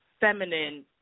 feminine